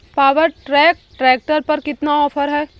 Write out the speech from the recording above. Power track tractor पर कितना offer है?